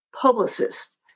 publicist